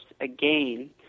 again